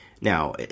Now